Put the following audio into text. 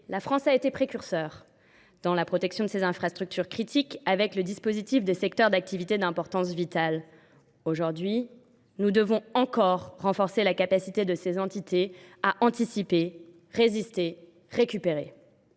la France a joué un rôle précurseur dans la protection de ces infrastructures, avec le dispositif des secteurs d’activité d’importance vitale. Aujourd’hui, nous devons encore renforcer la capacité desdites entités à anticiper, à résister et à récupérer.